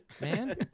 man